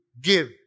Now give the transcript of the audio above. give